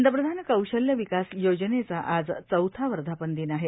पंतप्रधान कौशल्य विकास योजनेचा आज चौथा वर्धापन दिन आहे